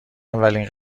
اولین